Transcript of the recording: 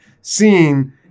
seen